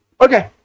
Okay